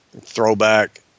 throwback